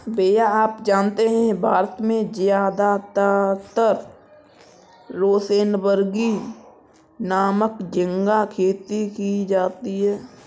भैया आप जानते हैं भारत में ज्यादातर रोसेनबर्गी नामक झिंगा खेती की जाती है